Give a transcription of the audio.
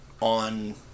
on